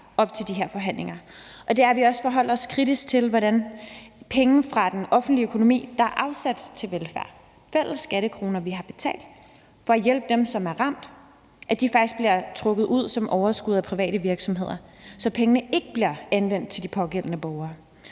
til de her forhandlinger, og det er, at vi også forholder os kritisk til, hvordan penge fra den offentlige økonomi, der er afsat til velfærd – fælles skattekroner, som vi har betalt for at hjælpe dem, som er ramt – faktisk bliver trukket ud som overskud af private virksomheder, så pengene ikke bliver anvendt til de pågældende borgere.